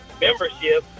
membership